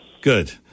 Good